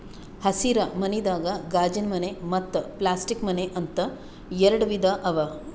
ಹಸಿರ ಮನಿದಾಗ ಗಾಜಿನಮನೆ ಮತ್ತ್ ಪ್ಲಾಸ್ಟಿಕ್ ಮನೆ ಅಂತ್ ಎರಡ ವಿಧಾ ಅವಾ